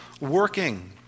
working